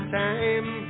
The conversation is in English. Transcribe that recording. time